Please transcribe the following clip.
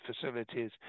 facilities